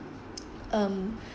um